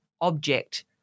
object